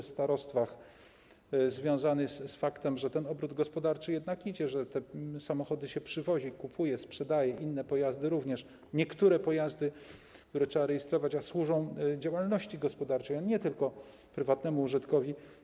W starostwach był horror związany z faktem, że ten obrót gospodarczy jednak trwa, że samochody się przywozi, kupuje, sprzedaje, inne pojazdy również, niektóre pojazdy, które trzeba rejestrować, a służą działalności gospodarczej, a nie tylko prywatnemu użytkowi.